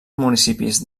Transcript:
municipis